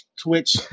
twitch